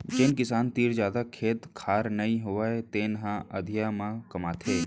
जेन किसान तीर जादा खेत खार नइ होवय तेने ह अधिया म कमाथे